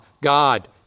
God